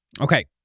Okay